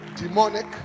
demonic